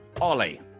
Ollie